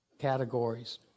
categories